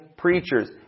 preachers